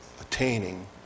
attaining